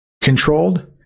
controlled